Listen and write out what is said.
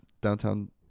downtown